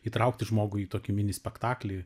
įtraukti žmogų į tokį mini spektaklį